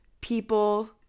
people